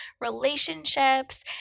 relationships